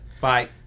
Bye